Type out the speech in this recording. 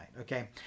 Okay